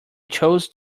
chose